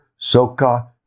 Soka